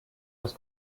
las